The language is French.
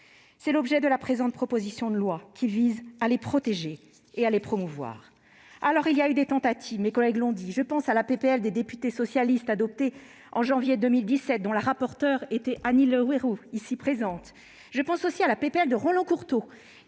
est l'objet de la présente proposition de loi, qui vise à les protéger et à les promouvoir. Alors, il y a eu des tentatives : je pense à la proposition de loi des députés socialistes adoptée en janvier 2017, dont la rapporteure était Annie Le Houerou, ici présente ; je pense aussi à la proposition de loi de Roland Courteau,